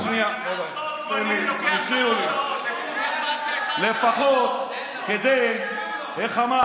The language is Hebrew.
לעשות גוונים לוקח שלוש שעות, זה בדיוק